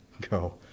go